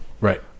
Right